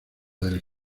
del